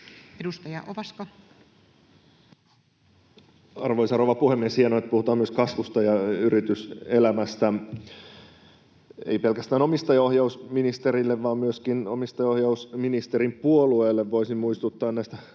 Content: Arvoisa rouva puhemies! Hienoa, että puhutaan myös kasvusta ja yrityselämästä. Ei pelkästään omistajaohjausministerille vaan myöskin omistajaohjausministerin puolueelle voisin muistuttaa näistä